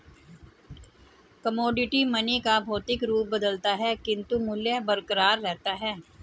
commodity money का भौतिक रूप बदलता है किंतु मूल्य बरकरार रहता है